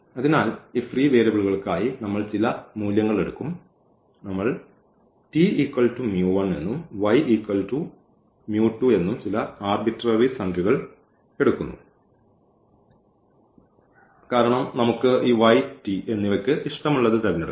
അതിനാൽ ഈ ഫ്രീ വേരിയബിളുകൾക്കായി നമ്മൾ ചില മൂല്യങ്ങൾ എടുക്കും നമുക്ക് ഈ ചില ആർബിട്രേറി സംഖ്യകൾ എടുക്കാം കാരണം നമുക്ക് ഈ y t എന്നിവ ഇഷ്ടമുള്ളത് തിരഞ്ഞെടുക്കാം